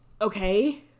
okay